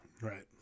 right